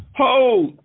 hold